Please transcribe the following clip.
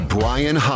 Brian